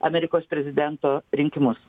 amerikos prezidento rinkimus